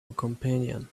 companion